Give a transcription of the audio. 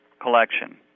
collection